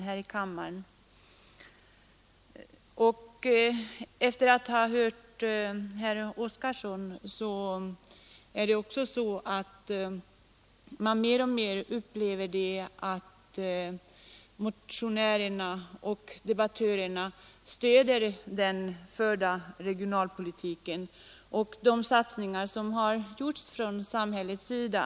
Man upplever det mer och mer som att motionärerna och debattörerna — det intrycket har jag bl.a. efter att ha lyssnat till herr Oskarson — stöder den förda regionalpolitiken och de satsningar som har gjorts från samhällets sida.